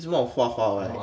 it's more on 画画 [what]